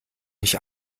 nicht